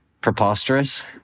preposterous